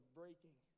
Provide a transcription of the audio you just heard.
breaking